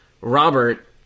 Robert